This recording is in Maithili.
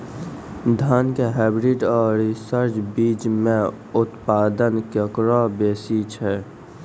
धान के हाईब्रीड और रिसर्च बीज मे उत्पादन केकरो बेसी छै?